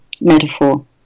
metaphor